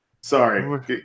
Sorry